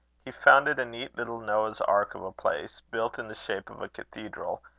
he found it a neat little noah's ark of a place, built in the shape of a cathedral,